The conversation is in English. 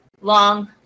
long